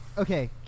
Okay